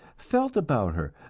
felt about her,